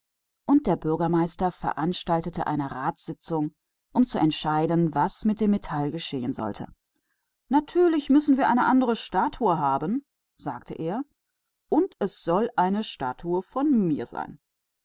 und der bürgermeister berief eine versammlung die entscheiden sollte was mit dem metall zu geschehen habe wir müssen natürlich ein anderes denkmal haben sagte er und das muß ein denkmal von mir sein